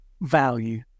value